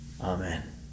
Amen